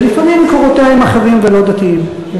ולפעמים מקורותיה הם אחרים ולא דתיים.